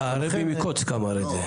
הרבי מקוצק' אמר את זה.